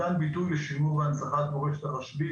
מתן ביטוי לשימור והנצחת מורשת הרשב"י,